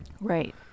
right